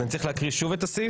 אז אני צריך להקריא שוב את הסעיף?